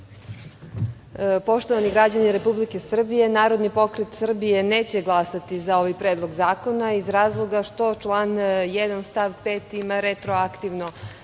Poštovani građani Republike Srbije, Narodni pokret Srbije neće glasati za ovaj predlog zakona, iz razloga što član 1. stav 5. ima retroaktivno